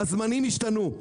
הזמנים השתנו,